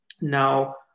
Now